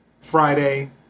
Friday